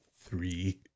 three